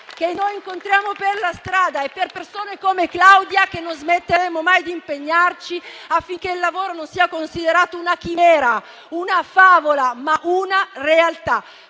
che noi incontriamo per la strada. È per persone come Claudia che non smetteremo mai di impegnarci affinché il lavoro non sia considerato una chimera o una favola, ma una realtà.